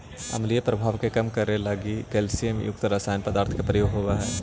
अम्लीय प्रभाव के कम करे लगी कैल्सियम युक्त रसायनिक पदार्थ के प्रयोग होवऽ हई